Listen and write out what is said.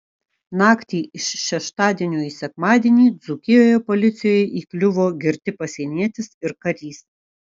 naktį iš šeštadienio į sekmadienį dzūkijoje policijai įkliuvo girti pasienietis ir karys